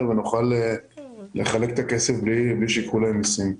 ונוכל לחלק את הכסף בלי שייקחו להם מיסים.